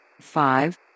Five